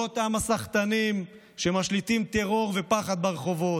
לא אותם סחטנים שמשליטים טרור ופחד ברחובות.